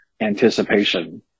anticipation